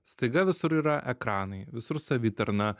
staiga visur yra ekranai visur savitarna